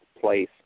place